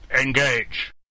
Engage